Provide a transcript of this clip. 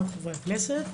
גם חברי הכנסת.